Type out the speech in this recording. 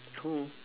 oh